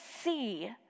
see